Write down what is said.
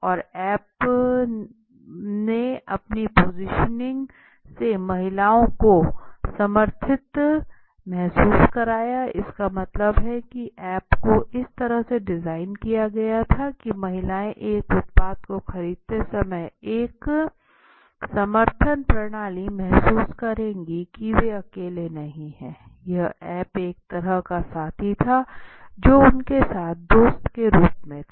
और ऐप ने अपनी पोजिशनिंग से महिलाओं को समर्थित महसूस कराया इसका मतलब है कि ऐप को इस तरह से डिजाइन किया गया था कि महिलाएं एक उत्पाद को खरीदते समय एक समर्थन प्रणाली महसूस करेंगी की वे अकेले नहीं है यह ऐप एक तरह का साथी था जो उनके साथ दोस्त के रूप में था